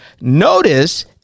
Notice